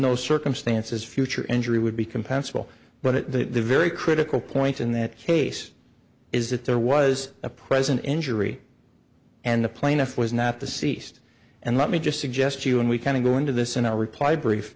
those circumstances future injury would be compensable but at the very critical point in that case is that there was a present injury and the plaintiff was not the ceased and let me just suggest you and we kind of go into this in a reply brief